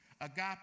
Agape